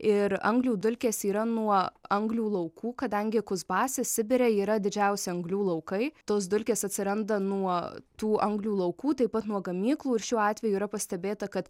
ir anglių dulkės yra nuo anglių laukų kadangi kuzbase sibire yra didžiausi anglių laukai tos dulkės atsiranda nuo tų anglių laukų taip pat nuo gamyklų ir šiuo atveju yra pastebėta kad